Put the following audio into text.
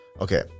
Okay